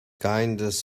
kind